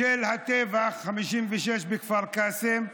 מהטבח ב-1956 בכפר קאסם,